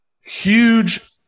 Huge